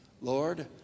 Lord